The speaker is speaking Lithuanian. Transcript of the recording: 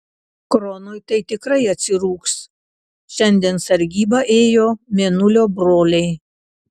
kronui tai tikrai atsirūgs šiandien sargybą ėjo mėnulio broliai